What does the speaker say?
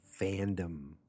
fandom